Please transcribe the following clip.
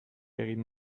egin